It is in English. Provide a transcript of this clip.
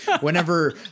whenever